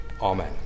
Amen